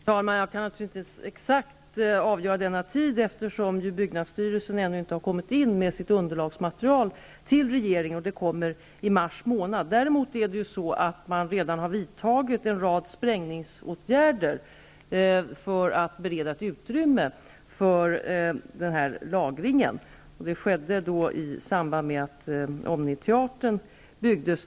Herr talman! Jag kan naturligtvis inte exakt avgöra hur lång tid det kommer att ta, eftersom byggnadsstyrelsen ännu inte har inkommit med sitt under lagsmatrial till regeringen. Det kommer i mars månad. Däremot har man redan vidtagit en rad sprängningsåtgärder för att bereda utrymme för lag ringen. Det skedde i samband med att Omniteatern byggdes.